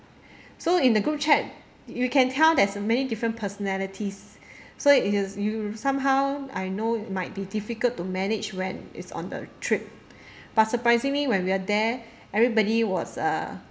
so in the group chat you can tell there's many different personalities so it is you somehow I know might be difficult to manage when it's on the trip but surprisingly when we are there everybody was uh